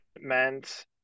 meant